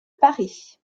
paris